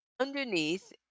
underneath